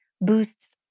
boosts